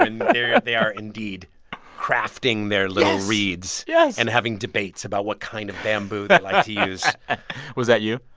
and yeah they are indeed crafting their little reeds yeah and having debates about what kind of bamboo they like to use was that you?